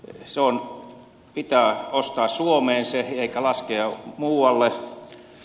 se pitää ostaa suomeen eikä laskea muualle